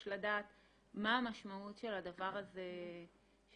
לדעת מה המשמעות של הדבר הזה עבורך.